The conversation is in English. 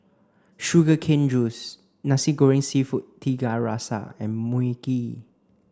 sugar cane juice Nasi Goreng Seafood Tiga Rasa and Mui Kee